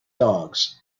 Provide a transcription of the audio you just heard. dogs